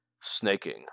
snaking